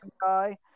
guy